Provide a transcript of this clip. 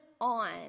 on